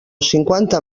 cinquanta